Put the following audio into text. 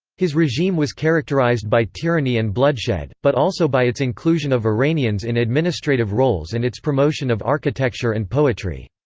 his regime was characterized by tyranny and bloodshed, but also by its inclusion of iranians in administrative roles and its promotion of architecture and poetry.